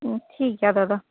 ᱦᱮᱸ ᱴᱷᱤᱠ ᱜᱮᱭᱟ ᱫᱟᱫᱟ